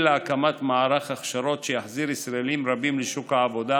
להקמת מערך הכשרות שיחזיר ישראלים רבים לשוק העבודה